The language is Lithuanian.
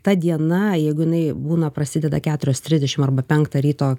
ta diena jeigu jinai būna prasideda keturios trisdešim arba penktą ryto